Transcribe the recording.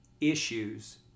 issues